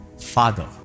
Father